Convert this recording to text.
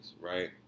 right